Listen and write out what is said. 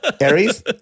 Aries